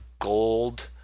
gold